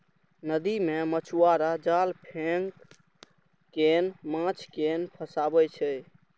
नदी मे मछुआरा जाल फेंक कें माछ कें फंसाबै छै